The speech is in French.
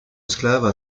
esclaves